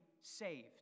saved